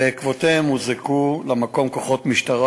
בעקבותיהם הוזעקו למקום כוחות משטרה,